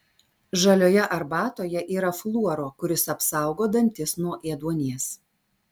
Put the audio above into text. žalioje arbatoje yra fluoro kuris apsaugo dantis nuo ėduonies